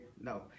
no